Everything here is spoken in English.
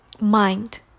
mind